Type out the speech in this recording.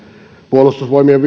puolustusvoimien